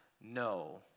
no